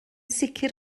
sicr